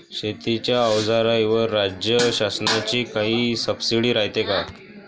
शेतीच्या अवजाराईवर राज्य शासनाची काई सबसीडी रायते का?